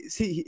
See